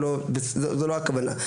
זה לא הכוונה.